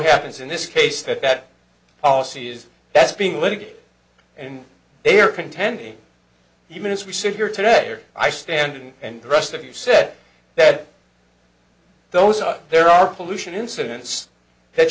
happens in this case that that poses that's being litigated and they are contending even as we sit here today or i stand and the rest of you said that those are there are pollution incidents that